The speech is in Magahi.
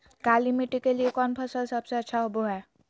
काली मिट्टी के लिए कौन फसल सब से अच्छा होबो हाय?